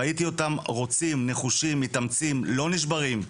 ראיתי אותם רוצים, נחושים, מתאמצים, לא נשברים.